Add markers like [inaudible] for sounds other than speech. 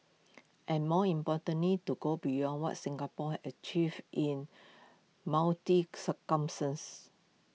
and more importantly to go beyond what Singapore has achieved in [unintelligible]